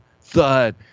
thud